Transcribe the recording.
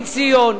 עם ציון,